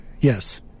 yes